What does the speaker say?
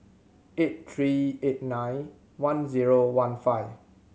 eight three eight nine one zero one five